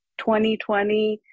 2020